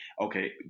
Okay